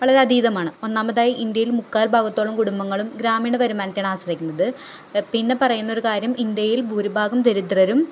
വളരെ അതീതമാണ് ഒന്നാമതായി ഇന്ത്യയിൽ മുക്കാൽ ഭാഗത്തോളം കുടുംബങ്ങളും ഗ്രാമീണ വരുമാനത്തെയാണ് ആശ്രയിക്കുന്നത് പിന്നെ പറയുന്ന ഒരു കാര്യം ഇന്ത്യയിൽ ഭൂരിഭാഗം ദരിദ്രരും